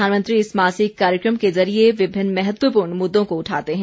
प्रधानमंत्री इस मासिक कार्यक्रम के जरिये विभिन्न महत्वपूर्ण मुद्दों को उठाते हैं